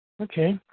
okay